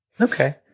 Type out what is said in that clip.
Okay